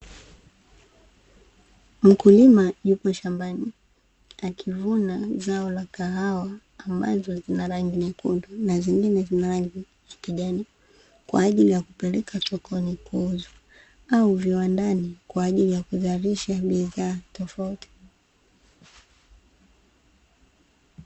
Mkulima yupo shambani, akivuna zao la kahawa ambazo zina rangi nyekundu, na zingine zina rangi ya kijani kwa ajili ya kupeleka sokoni kuuzwa au viwandani kwa ajili ya kuzalisha bidhaa tofauti.